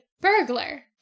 burglar